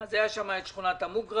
היה שם את שכונת המוגרבים,